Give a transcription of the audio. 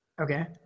Okay